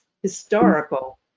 historical